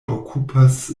okupas